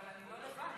אבל אני לא לבד.